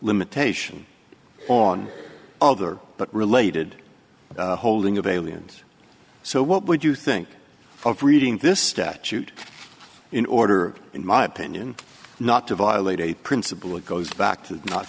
limitation on but related holding of aliens so what would you think of reading this statute in order in my opinion not to violate a principle it goes back to not